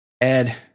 Ed